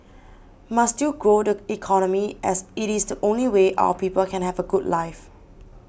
must still grow the economy as it is the only way our people can have a good life